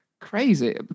crazy